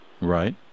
Right